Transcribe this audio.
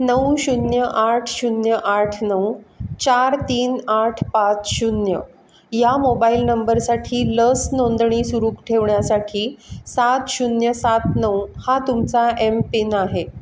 नऊ शून्य आठ शून्य आठ नऊ चार तीन आठ पाच शून्य या मोबाईल नंबरसाठी लस नोंदणी सुरू ठेवण्यासाठी सात शून्य सात नऊ हा तुमचा एम पिन आहे